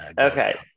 Okay